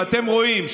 ואתם רואים,